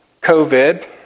COVID